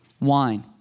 wine